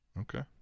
Okay